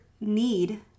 need